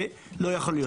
זה לא יכול להיות.